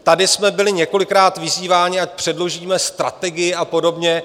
Tady jsme byli několikrát vyzýváni, ať předložíme strategii a podobně.